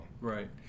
Right